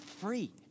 free